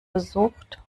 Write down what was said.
besucht